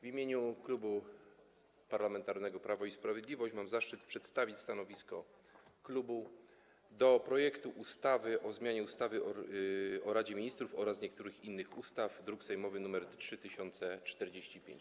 W imieniu Klubu Parlamentarnego Prawo i Sprawiedliwość mam zaszczyt przedstawić stanowisko wobec projektu ustawy o zmianie ustawy o Radzie Ministrów oraz niektórych innych ustaw, druk sejmowy nr 3045.